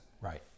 Right